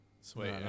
Sweet